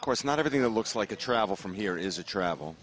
of course not everything that looks like a travel from here is a travel